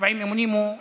הנשבעים אמונים, הוא שיא.